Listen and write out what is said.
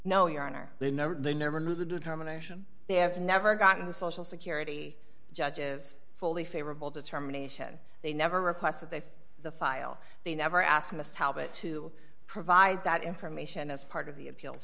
no your honor they never they never knew the determination they have never gotten the social security judge is fully favorable determination they never request that they the file they never asked miss talbot to provide that information as part of the appeals